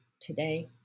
today